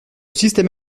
système